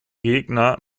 gegner